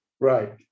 Right